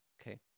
okay